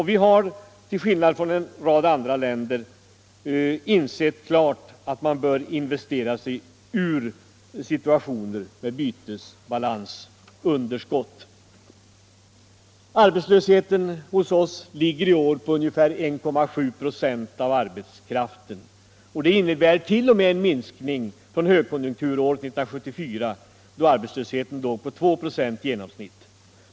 Vi har till skillnad från en rad andra länder klart insett att man bör investera sig ur situationer med bytesbalansunderskott. Arbetslösheten hos oss ligger i år på ungefär 1,7 26 av arbetskraften, och det innebär t.o.m. en minskning från högkonjunkturåret 1974, då arbetslösheten låg på 2 96 i genomsnitt.